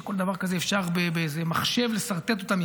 שכל דבר כזה אפשר באיזה מחשב לסרטט אותם,